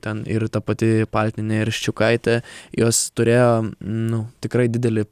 ten ir ta pati paltinienė ir ščiukaitė jos turėjo nu tikrai didelį